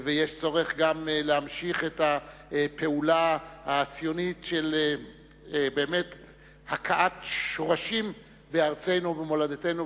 ויש צורך גם להמשיך את הפעולה הציונית של הכאת שורשים בארצנו ומולדתנו,